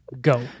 go